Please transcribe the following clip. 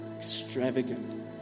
Extravagant